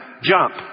jump